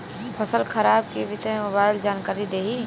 फसल खराब के विषय में मोबाइल जानकारी देही